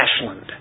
Ashland